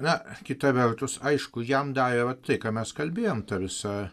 na kita vertus aišku jam dar yra tai ką mes kalbėjome ta visa